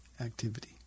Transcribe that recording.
activity